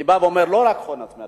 אני בא ואומר: לא רק עניין ההון העצמי,